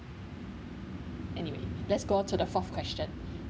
anyway let's go to the fourth question